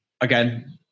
Again